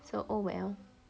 so oh well